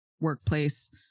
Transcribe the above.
workplace